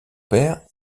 père